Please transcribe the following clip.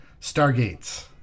Stargates